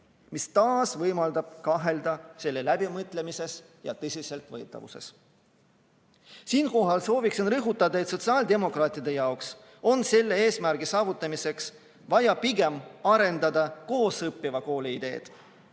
mis taas võimaldab kahelda selle läbimõtlemises ja tõsiseltvõetavuses. Siinkohal soovin rõhutada, et sotsiaaldemokraatide arvates on selle eesmärgi saavutamiseks vaja pigem arendada koosõppiva kooli ideed